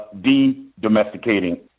de-domesticating